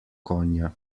konja